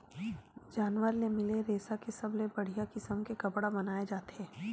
जानवर ले मिले रेसा के सबले बड़िया किसम के कपड़ा बनाए जाथे